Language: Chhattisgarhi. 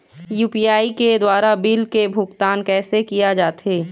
यू.पी.आई के द्वारा बिल के भुगतान कैसे किया जाथे?